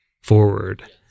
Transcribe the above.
forward